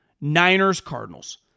Niners-Cardinals